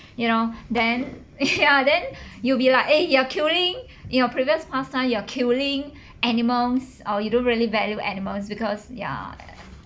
you know then ya then you'll be like eh you're killing in your previous past time you're killing animals or you don't really value animals because ya